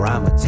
I'ma